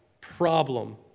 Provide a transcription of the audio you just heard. problem